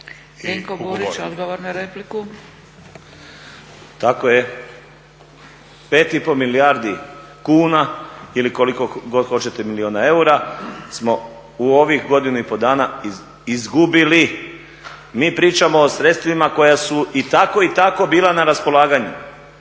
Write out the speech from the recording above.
**Burić, Dinko (HDSSB)** Tako je. 5,5 milijardi kuna ili koliko god hoćete milijuna eura smo u ovih godinu i pol dana izgubili. Mi pričamo o sredstvima koja su i tako i tako bila na raspolaganju,